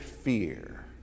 fear